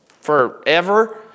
forever